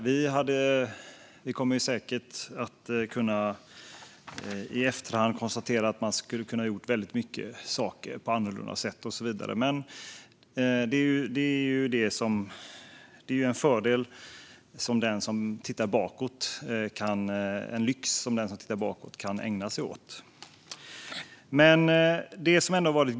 Vi kommer säkert att i efterhand kunna konstatera att man kunde ha gjort väldigt många saker annorlunda, men det är ju en lyx som den som tittar bakåt kan ägna sig åt.